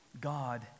God